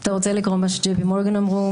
אתה רוצה לקרוא מה J.P Morgan אמרו,